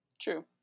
True